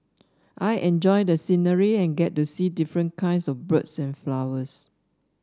I enjoy the scenery and get to see different kinds of birds and flowers